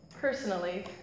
personally